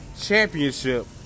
championship